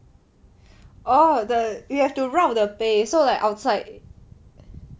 orh the you have to rub the 杯 so like outside